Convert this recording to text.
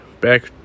back